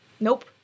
Nope